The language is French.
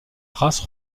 race